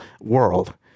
world